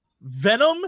Venom